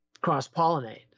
cross-pollinate